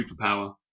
superpower